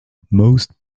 most